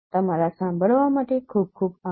તમારા સાંભળવા માટે ખૂબ ખૂબ આભાર